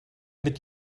mit